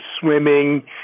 swimming